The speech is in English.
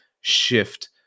shift